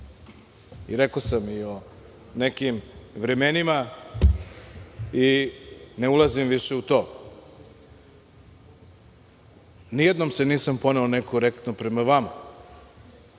Rekao sam i o nekim vremenima i ne ulazim više u to. Nijednom se nisam poneo nekorektno prema vama,